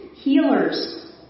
healers